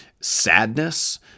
sadness